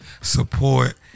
support